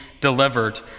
delivered